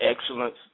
excellence